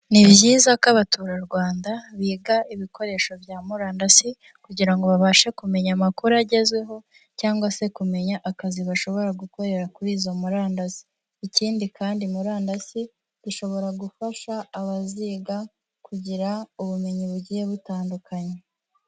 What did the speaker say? Ni byiza ko abaturarwanda biga ibikoresho bya murandasi kugira ngo babashe kumenya amakuru agezweho cyangwa se kumenya akazi bashobora gukorera kuri izo murandasi, ikindi kandi murandasi zishobora gufasha abaziga kugira ubumenyi bugiye butandukanye.